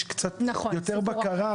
יש קצת יותר בקרה,